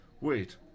Wait